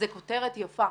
זו כותרת יפה.